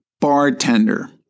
Bartender